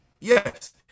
Yes